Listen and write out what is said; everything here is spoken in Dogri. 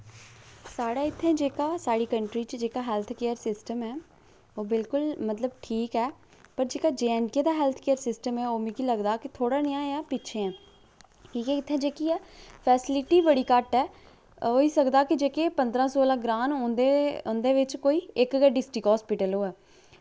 साढ़े इत्थें जेह्का साढ़ी कंट्री च जेह्का हैल्थ केयर सिस्टम ऐ ओह् बिलकुल मतलब ठीक ऐ पर जेह्का जे एंड के दा हैल्थ केयर सिस्टम ऐ ओह् मिगी लगदा की थोह्ड़ा नेआं अजें पिच्छें ऐ की के इत्थें जेह्की ऐ फैस्लिटी बड़ी घट्ट ऐ ते होई सकदा की जेह्के पंद्रहां सोलहां ग्रांऽ न उंदे उंदे विच कोई इक गै डिस्टिक हास्पिटल होऐ